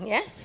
Yes